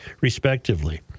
respectively